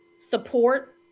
support